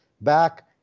back